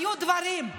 היו דברים.